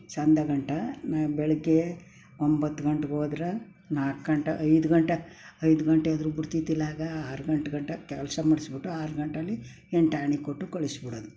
ಚೆಂದ ಗಂಟ ನಾನು ಬೆಳಗ್ಗೆ ಒಂಬತ್ತು ಗಂಟೆಗ್ ಹೋದ್ರೆ ನಾಲ್ಕು ಗಂಟೆ ಐದು ಗಂಟೆ ಐದು ಗಂಟೆ ಆದರೂ ಬಿಡ್ತಿದ್ದಿಲ್ಲ ಆಗ ಆರು ಗಂಟೆ ಗಂಟ ಕೆಲಸ ಮಾಡಿಸ್ಬಿಟ್ಟು ಆರು ಗಂಟೆಲಿ ಎಂಟಾಣಿ ಕೊಟ್ಟು ಕಳಿಸ್ಬಿಡೋದು